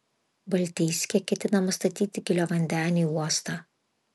baltijske ketinama statyti giliavandenį uostą